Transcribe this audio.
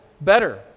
better